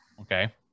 Okay